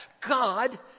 God